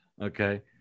Okay